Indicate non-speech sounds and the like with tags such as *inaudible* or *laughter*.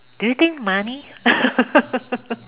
do you think money *laughs*